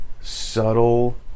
subtle